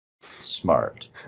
smart